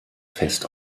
fest